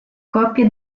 copia